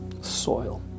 soil